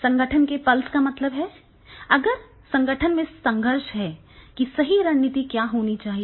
संगठन के पल्स का मतलब है अगर संगठन में संघर्ष है कि सही रणनीति क्या होनी चाहिए